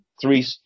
three